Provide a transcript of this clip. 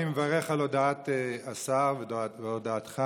אני מברך על הודעת השר והודעתך,